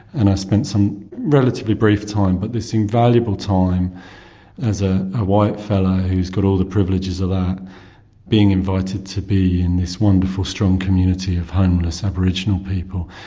and i spent some relatively brief time but this invaluable time as a white fella who's got all the privileges of that being invited to be in this wonderful, strong community of homeless aboriginal people.